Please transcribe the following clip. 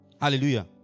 Hallelujah